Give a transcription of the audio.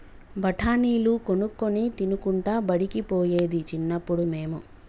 బఠాణీలు కొనుక్కొని తినుకుంటా బడికి పోయేది చిన్నప్పుడు మేము